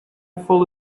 fall